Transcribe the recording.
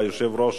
היושב-ראש